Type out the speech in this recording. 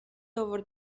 over